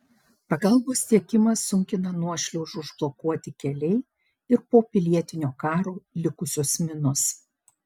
pagalbos tiekimą sunkina nuošliaužų užblokuoti keliai ir po pilietinio karo likusios minos